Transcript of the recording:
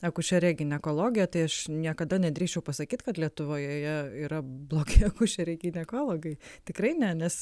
akušeriją ginekologiją tai aš niekada nedrįsčiau pasakyt kad lietuvoje yra blogi akušeriai ginekologai tikrai ne nes